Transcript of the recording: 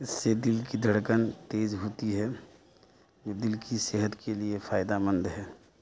اس سے دل کی دھڑکن تیز ہوتی ہے جو دل کی صحت کے لیے فائدہ مند ہے